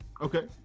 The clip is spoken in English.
Okay